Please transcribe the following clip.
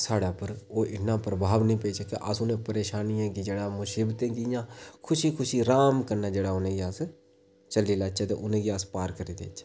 साढ़े पर ओह्दा इन्ना प्रभाव नेईं पेई सकै अस उ'नें परेशानियां गी जेह्ड़ा मुसीबतें गी इ'यां खुशी खुशी अराम कन्नै उ'नेंगी जेह्ड़ा अस झल्ली लैचै ते उ'नेंगी अस पार करी देचै